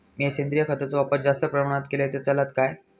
मीया सेंद्रिय खताचो वापर जास्त प्रमाणात केलय तर चलात काय?